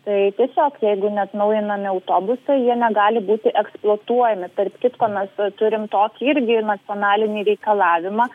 tai tiesiog jeigu neatnaujinami autobusai jie negali būti eksploatuojami tarp kitko mes turim tokį irgi nacionalinį reikalavimą